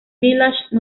village